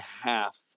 half